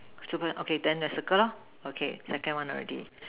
okay then I circle lor okay second one already